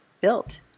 built